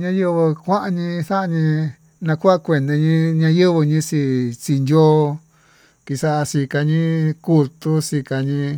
ñayengua kuani xanii nakua kuene yee nayenguó noyexi xii yo'o kixaxi ñañe'e kutuxii kañii.